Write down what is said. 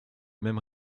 mêmes